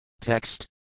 Text